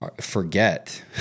forget